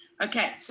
okay